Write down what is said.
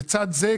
לצד זה,